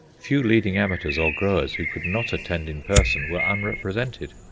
few leading amateurs or growers who could not attend in person were unrepresented.